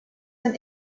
sein